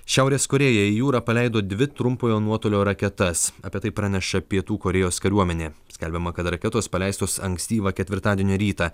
šiaurės korėja į jūrą paleido dvi trumpojo nuotolio raketas apie tai praneša pietų korėjos kariuomenė skelbiama kad raketos paleistos ankstyvą ketvirtadienio rytą